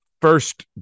first